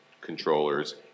controllers